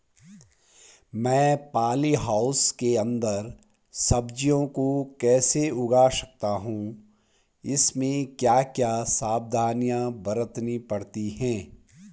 मैं poly house के अन्दर सब्जियों को कैसे उगा सकता हूँ इसमें क्या क्या सावधानियाँ बरतनी पड़ती है?